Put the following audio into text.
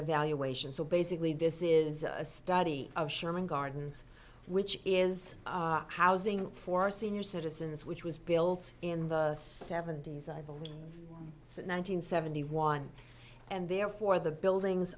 evaluation so basically this is a study of sherman gardens which is housing for senior citizens which was built in the seventy's i believe one nine hundred seventy one and therefore the buildings